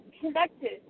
connected